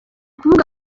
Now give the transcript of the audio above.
kuvuga